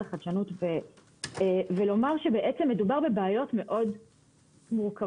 החדשנות ולומר שבעצם מדובר בבעיות מאוד מורכבות.